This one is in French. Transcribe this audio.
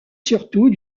surtout